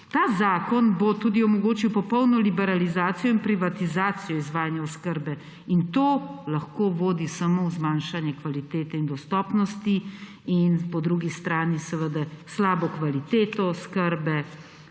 Ta zakon bo tudi omogočil popolno liberalizacijo in privatizacijo izvajanja oskrbe in to lahko vodi samo v zmanjšanje kvalitete in dostopnosti in po drugi strani seveda slabo kvaliteto oskrbe.